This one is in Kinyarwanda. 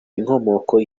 inkomoko